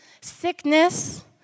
Sickness